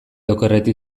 okerretik